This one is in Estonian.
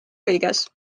kõiges